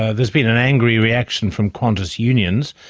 ah there's been an angry reaction from qantas unions.